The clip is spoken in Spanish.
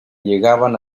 llegaban